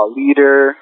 leader